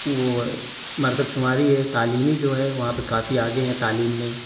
وہ مردم شماری ہے تعلیمی جو ہے وہاں پہ کافی آگے ہے تعلیم میں